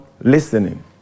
listening